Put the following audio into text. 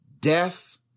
death